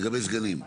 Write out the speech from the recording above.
לגבי סגנים.